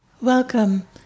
Welcome